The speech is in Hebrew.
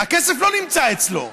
הכסף לא נמצא אצלו.